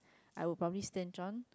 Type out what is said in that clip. I will probably stinge on